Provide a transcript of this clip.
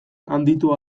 handitu